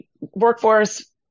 workforce